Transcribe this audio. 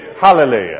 Hallelujah